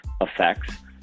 effects